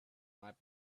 might